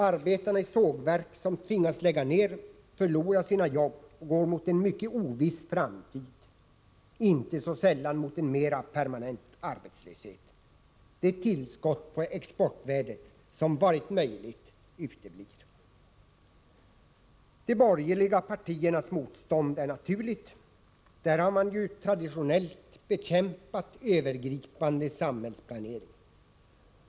Arbetarna i de sågverk som tvingas lägga ner förlorar sina jobb och går mot en mycket oviss framtid, inte så sällan mot en mera permanent arbetslöshet. Det tillskott på exportvärdet som hade varit möjligt uteblir. De borgerliga partiernas motstånd är naturligt — där har man ju traditionellt bekämpat övergripande samhällsplanering.